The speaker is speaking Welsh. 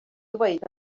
ddweud